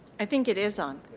i think it is on.